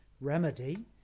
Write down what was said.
remedy